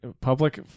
Public